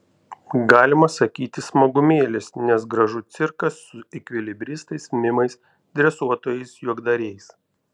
galima sakyti smagumėlis nes gražu cirkas su ekvilibristais mimais dresuotojais juokdariais